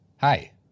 Hi